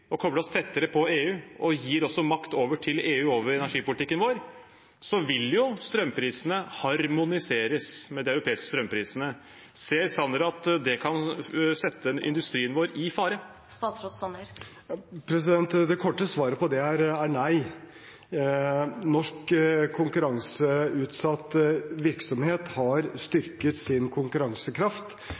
oss tettere på EU og også gir makt over energipolitikken vår til EU, vil jo strømprisene harmoniseres med de europeiske strømprisene. Ser Sanner at det kan sette industrien vår i fare? Det korte svaret på det er nei. Norsk konkurranseutsatt virksomhet har styrket sin konkurransekraft